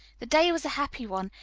the day was a happy one,